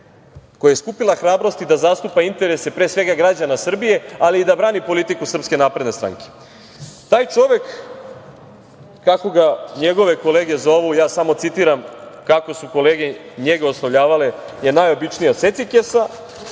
koja je skupila hrabrosti da zastupa interese, pre svega, građana Srbije, ali i da brani politiku SNS.Taj čovek, kako ga njegove kolege zovu, ja samo citiram kako su kolege njega oslovljavale, je najobičnija secikesa,